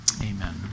Amen